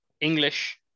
English